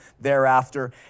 thereafter